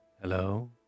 Hello